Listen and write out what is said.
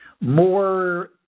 More